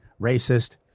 racist